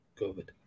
covid